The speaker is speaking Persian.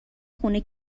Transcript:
خونه